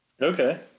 Okay